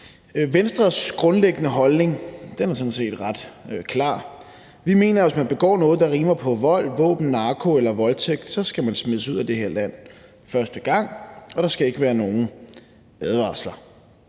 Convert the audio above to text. Venstres grundlæggende holdning er sådan set ret klar: Vi mener, at man, hvis man begår noget, der rimer på vold, våben, narko eller voldtægt, så skal smides ud af det her land første gang, og der skal ikke være nogen advarsler.